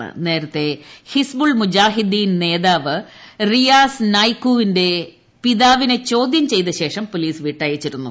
ന്റേരത്തെ ഹിസ്ബുൾ മുജാഹിദ്ദീൻ നേതാവ് റിയാസ് നായ്ക്കൂർന്റെ ്പിതാവിനെ ചോദ്യം ചെയ്ത ശേഷം പോലീസ് വിട്ടിയച്ചിരുന്നു